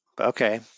Okay